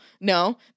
no